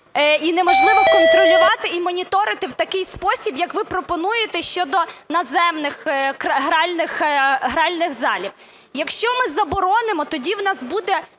і неможливо контролювати і монітори в такий спосіб, як ви пропонуєте щодо наземних гральних залів. Якщо ми заборонимо, тоді у нас буде